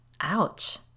Ouch